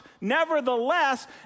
nevertheless